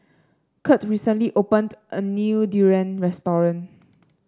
Kirt recently opened a new durian restaurant